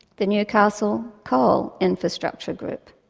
the newcastle coal infrastructure group.